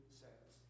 says